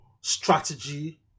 strategy